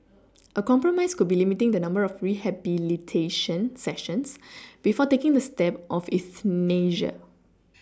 a compromise could be limiting the number of rehabilitation sessions before taking the step of euthanasia